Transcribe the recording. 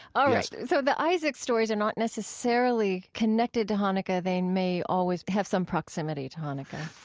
all right, so the isaac stories are not necessarily connected to hanukkah. they may always have some proximity to hanukkah?